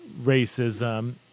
racism